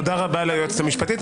תודה רבה ליועצת המשפטית.